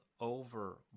over